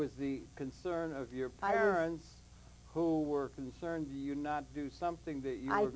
was the concern of your parents who were concerned you not do something that